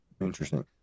Interesting